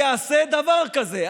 הייעשה דבר כזה?